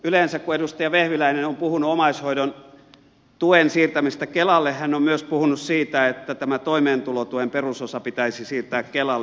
yleensä kun edustaja vehviläinen on puhunut omaishoidon tuen siirtämisestä kelalle hän on myös puhunut siitä että toimeentulotuen perusosa pitäisi siirtää kelalle